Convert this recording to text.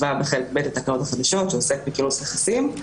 וחלק ב בתקנות החדשות שעוסק בכינוס נכסים.